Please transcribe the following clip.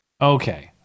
okay